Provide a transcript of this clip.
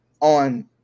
on